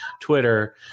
Twitter